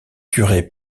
curé